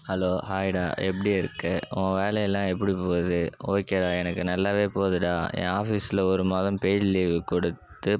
hello ஹாய்டா எப்படி இருக்க உன் வேலையெல்லாம் எப்படி போகுது ஓகேடா எனக்கு நல்லாவே போகுதுடா என் ஆஃபிஸில் ஒரு மாதம் பெய்ட் லீவு கொடுத்து